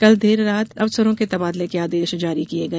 कल देर रात अफसरों के तबादले के आदेश जारी किए गए